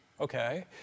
Okay